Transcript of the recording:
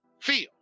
Feel